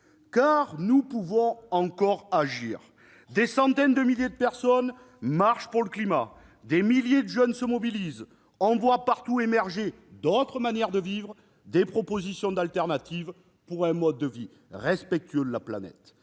Or nous pouvons encore agir ! Des centaines de milliers de personnes marchent pour le climat ; des milliers de jeunes se mobilisent ; on voit partout émerger d'autres manières de vivre, des propositions pour promouvoir un mode de vie respectueux de la planète.